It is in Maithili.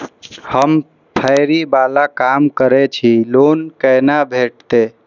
हम फैरी बाला काम करै छी लोन कैना भेटते?